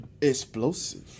explosive